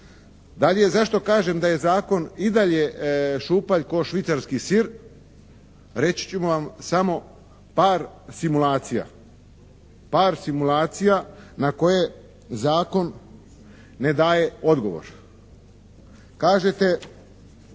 Dalje, zašto kažem da je zakon i dalje šupalj kao švicarski sir? Reći ću vam samo par simulacija. Par simulacija na koje zakon ne daje odgovor. Kažete